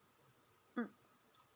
mm